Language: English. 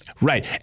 Right